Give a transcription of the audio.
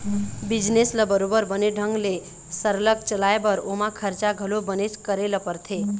business ल बरोबर बने ढंग ले सरलग चलाय बर ओमा खरचा घलो बनेच करे ल परथे